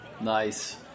Nice